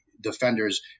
defenders